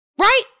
right